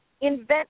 invent